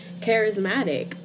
charismatic